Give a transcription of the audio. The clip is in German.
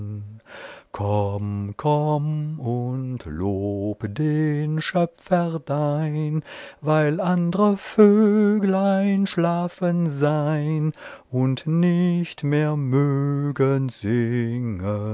komm und lob den schöpfer dein weil andre vöglein schlafen sein und nicht mehr mögen